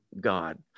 God